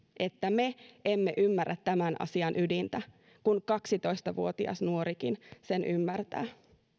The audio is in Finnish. että me emme ymmärrä tämän asian ydintä kun kaksitoista vuotias nuorikin sen ymmärtää